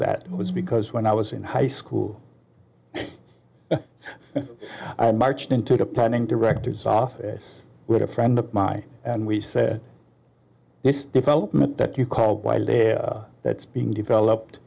that was because when i was in high school i marched into the planning director's office with a friend of mine and we said this development that you called while there that's being developed